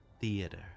theater